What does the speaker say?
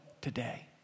today